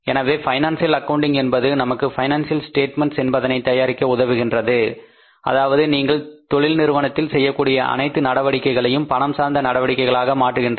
எனவே financial accounting என்பது நமக்கு பைனான்சியல் ஸ்டேட்மெண்ட்ஸ் என்பதனை தயாரிக்க உதவுகின்றது அதாவது நீங்கள் தொழில் நிறுவனத்தில் செய்யக்கூடிய அனைத்து நடவடிக்கைகளையும் பணம் சார்ந்த நடவடிக்கைகளாக மாற்றுகின்றது